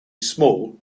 small